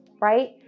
right